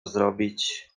zrobić